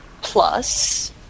plus